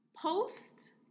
Post